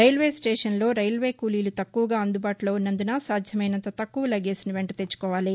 railway స్టేషన్లో railway కూలీలు తక్కువగా అందుబాటులో ఉన్నందున సాధ్యమైనంత తక్కువ లగేజీని వెంట తెచ్చుకోవాలి